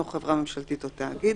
התשכ"ז-1967 שאינו חברה ממשלתית או תאגיד,